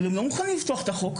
אבל הם לא מוכנים לפתוח את החוק,